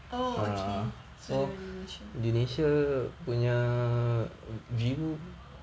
oh okay so